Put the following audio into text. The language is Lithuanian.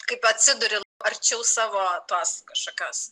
kaip atsiduri arčiau savo tos kažkokios